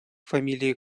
фамилии